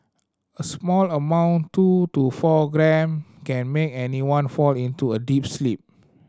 a small amount two to four gram can make anyone fall into a deep sleep